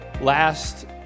last